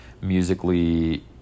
musically